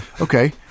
Okay